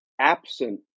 absent